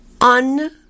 un-